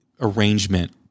arrangement